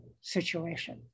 situation